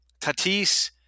Tatis